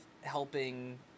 helping